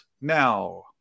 now